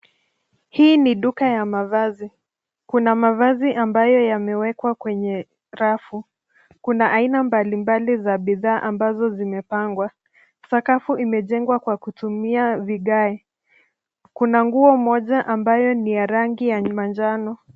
Hii ni duka ya mavazi. Kuna mavazi ambayo yamewekwa kwenye rafu. Kuna aina mbalimbali za bidhaa ambazo zimepangwa. Sakafu imejengwa kwa kutumia vigae. Kuna nguo moja ambayo ni ya rangi ya manjano.